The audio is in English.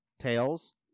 tails